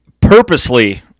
purposely